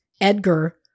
Edgar